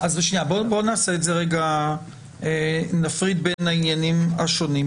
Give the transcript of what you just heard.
בוא נפריד בין העניינים השונים.